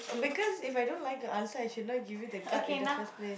because if I don't like the answer I should not give you the card in the first place